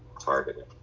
targeted